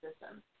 system